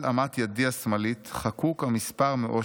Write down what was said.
'על אמת ידי השמאלית חקוק המספר מאושוויץ,